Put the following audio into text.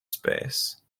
space